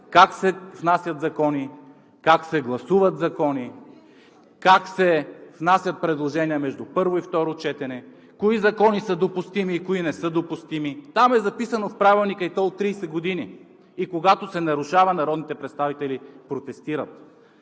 как се внасят закони, как се гласуват закони, как се внасят предложения между първо и второ четене, кои закони са допустими и кои не са допустими. Там, в Правилника, е записано, и то е от тридесет години, и когато се нарушава, народните представители протестират.